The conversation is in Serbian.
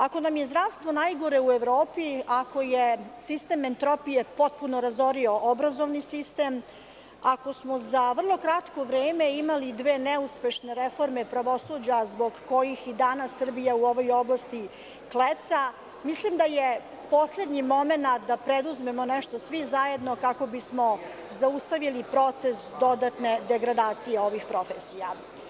Ako nam je zdravstvo najgore u Evropi, ako je sistem entropije potpuno razorio obrazovni sistem, ako smo za vrlo kratko vreme imali dve neuspešne reforme pravosuđa zbog kojih i danas Srbija u ovoj oblasti kleca, mislim da je poslednji momenat da preduzmemo nešto svi zajedno, kako bismo zaustavili proces dodatne degradacije ovih profesija.